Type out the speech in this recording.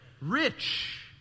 Rich